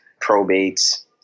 probates